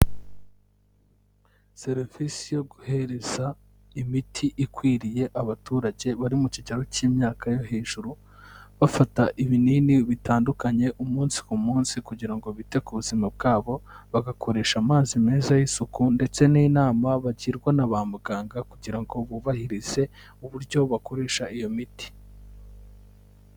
Serivisi yo guhereza imiti ikwiriye abaturage bari mu kigeroro cy'imyaka yo hejuru, bafata ibinini bitandukanye umunsi ku munsi kugira ngo bite ku buzima bwabo bagakoresha amazi meza y'isuku ndetse n'inama bagirwa na ba muganga kugira ngo bubahirize uburyo bakoresha iyo miti.